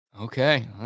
Okay